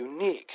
unique